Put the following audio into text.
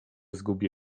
zgubię